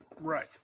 right